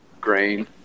grain